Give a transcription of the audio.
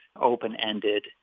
open-ended